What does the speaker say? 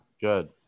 Good